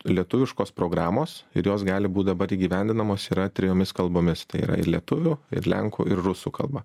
lietuviškos programos ir jos gali būt dabar įgyvendinamos yra trejomis kalbomis tai yra ir lietuvių ir lenkų ir rusų kalba